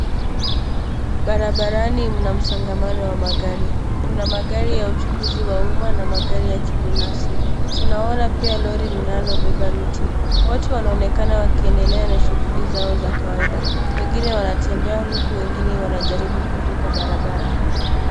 Barabarani mna msongamano wa magari. Kuna magari ya uchukuzi wa umma na magari ya kibinafsi. Tunaona pia lori linalobeba miti. Watu wanaonekana wakiendelea na shughuli zao za kawaida, wengine wanatembea uku wengine wanajaribu kuvuka barabara.